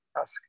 ask